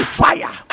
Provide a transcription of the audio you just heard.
fire